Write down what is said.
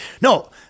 no